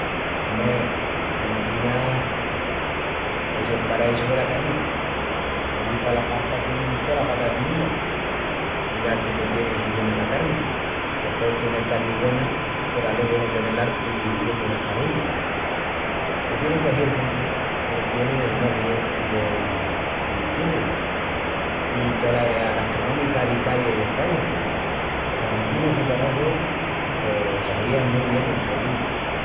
Ome, Argentina es el paraísu dela carni. Pallí pala Pampa tienin tolas vacas del mundu. I l'arti que tienin hiziendu la carni. Porque pueis tenel carni güena peru alogu no tenel arti hiziendu la esparrilla. Le tienin cogíu el puntu i le tienin el moji esti del... chimichurri. I tola ereá gastronómica d'Italia i d'España. Los argentinus que conoçu pos s'avían mu bien ena cozina.